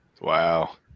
Wow